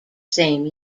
same